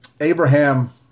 Abraham